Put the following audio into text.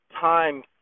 time